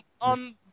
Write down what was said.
on